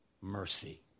mercy